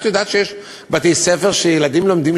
את יודעת שיש בתי-ספר שילדים לומדים